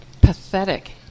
Pathetic